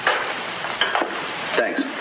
Thanks